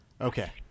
Okay